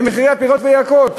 הם פירות וירקות,